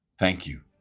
thank you.